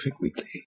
Weekly